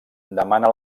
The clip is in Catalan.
demana